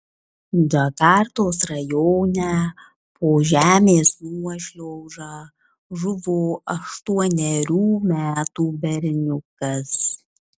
džakartos rajone po žemės nuošliauža žuvo aštuonerių metų berniukas